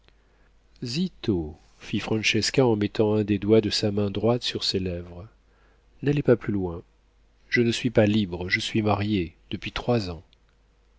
fit francesca en mettant un des doigts de sa main droite sur ses lèvres n'allez pas plus loin je ne suis pas libre je suis mariée depuis trois ans